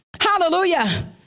Hallelujah